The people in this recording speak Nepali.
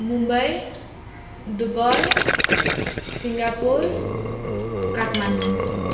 Mumbai Dubai Singapore Kathmandu